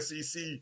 SEC